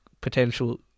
potential